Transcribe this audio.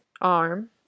arm